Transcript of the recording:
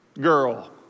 girl